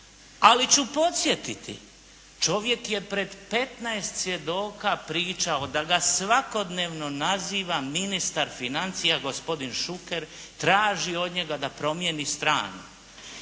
Ali ću podsjetiti, čovjek je pred 15 svjedoka pričao da ga svakodnevno naziva ministar financija gospodin Šuker, traži od njega da promjeni stranu.